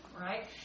right